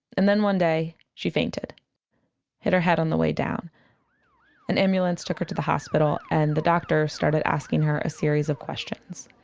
and then one day, she fainted hit her head on the way down an ambulance took her to the hospital. and the doctor started asking her a series of